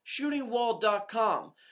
ShootingWall.com